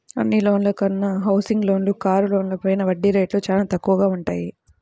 అన్ని లోన్ల కన్నా హౌసింగ్ లోన్లు, కారు లోన్లపైన వడ్డీ రేట్లు చానా తక్కువగా వుంటయ్యి